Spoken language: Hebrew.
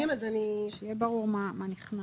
שיהיה ברור מה נכנס.